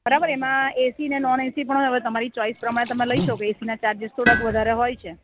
બરાબર એમાં એસી ને નોન એસી પણ પણ હવે તમારી ચોઇસ પ્રમાણે લઈ શકો એસી ના ચાર્જીસ થોડાક વધારે હોય છે